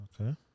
Okay